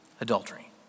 adultery